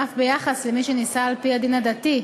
אף ביחס למי שנישא על-פי הדין הדתי,